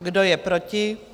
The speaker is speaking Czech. Kdo je proti?